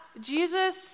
Jesus